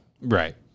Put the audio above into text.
Right